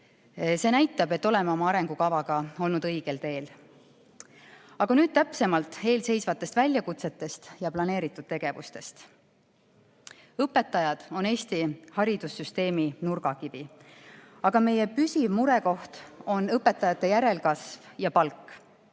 See näitab, et oleme oma arengukavaga olnud õigel teel. Nüüd täpsemalt eelseisvatest väljakutsetest ja planeeritud tegevustest. Õpetajad on Eesti haridussüsteemi nurgakivi, aga meie püsiv murekoht on õpetajate järelkasv ja palk.